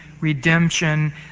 redemption